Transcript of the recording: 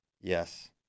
Yes